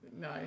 No